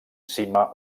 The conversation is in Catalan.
cima